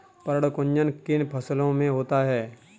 पर्ण कुंचन किन फसलों में होता है?